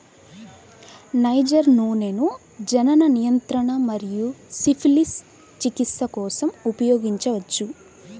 niger నూనెను జనన నియంత్రణ మరియు సిఫిలిస్ చికిత్స కోసం ఉపయోగించవచ్చు